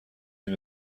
این